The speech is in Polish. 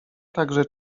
także